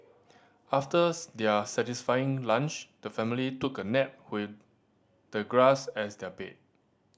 after their satisfying lunch the family took a nap with the grass as their bed